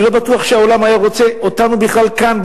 אני לא בטוח שהעולם היה רוצה אותנו בכלל כאן,